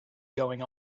going